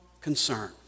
concern